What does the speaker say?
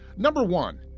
number one,